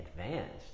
advanced